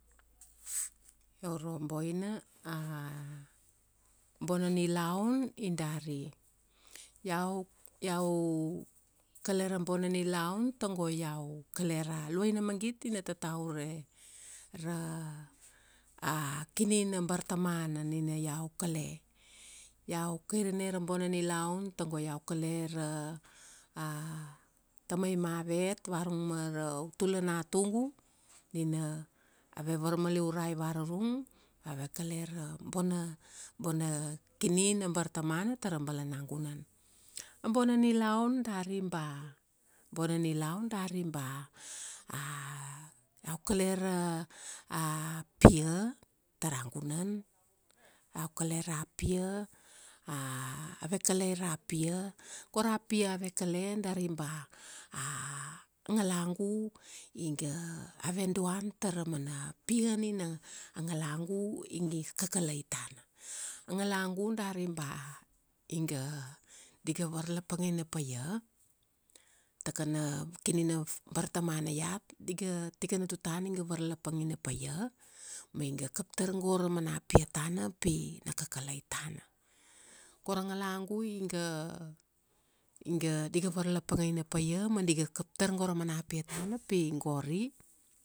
Ioro boina, a bona nilaun i dari, iau, iau kale ra bona nilaun togo iau kale ra, a luaina magit ina tata ure, ra, a kini na bartamana nina iau kale. Iau kairane ra bona nilaun tago iau kale ra, tamai mavet varung ma autula natugu, nina, ave varmaliurai varurung, ave kale ra bona, bona kini, na bartamana tara balanagunan. A bona nilaun dari ba, a bona dari ba, iau kale ra, a pia tara gunan, iau kale ra pia, ave kale ra pia, go ra pia ave kale dari ba, a ngalagu, iga, ave doan taramana, pia nina a ngalagu iga kakalai tana. A ngalagu dari ba, iga, diga varlapangaine paia tana kana kini na bartamana iat, diga, tikana tutana iga varlapangine paia, ma iga kap tar go ra mana pia tana, pi na kakalai tana. Gora ngalgu iga, iga di ga varlapangaina paia ma di ga kaptar ra mana pia tana pi gori